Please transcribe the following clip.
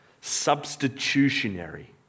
Substitutionary